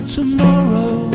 Tomorrow